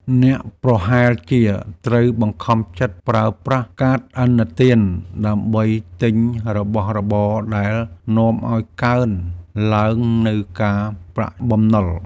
អ្នកប្រហែលជាត្រូវបង្ខំចិត្តប្រើប្រាស់កាតឥណទានដើម្បីទិញរបស់របរដែលនាំឱ្យកើនឡើងនូវការប្រាក់បំណុល។